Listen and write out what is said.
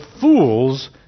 fools